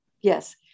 Yes